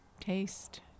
Taste